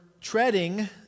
treading